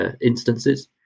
instances